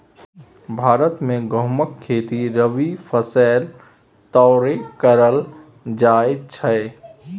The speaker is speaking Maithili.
भारत मे गहुमक खेती रबी फसैल तौरे करल जाइ छइ